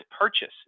purchase